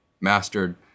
mastered